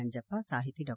ನಂಜಪ್ಪ ಸಾಹಿತಿ ಡಾ